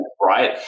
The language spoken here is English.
right